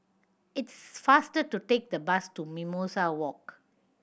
it's faster to take the bus to Mimosa Walk